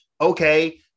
okay